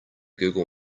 google